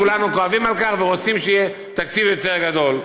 כולנו כואבים על כך ורוצים שיהיה תקציב יותר גדול.